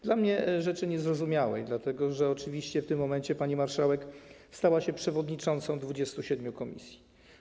Dla mnie jest to rzecz niezrozumiała, dlatego że oczywiście w tym momencie pani marszałek stała się przewodniczącą 27 komisji.